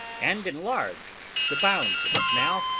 and enlarged the bounds of the canal,